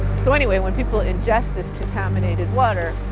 so anyway, when people ingest this contaminated water,